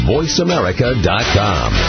VoiceAmerica.com